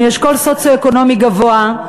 מאשכול סוציו-אקונומי גבוה,